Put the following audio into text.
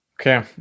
Okay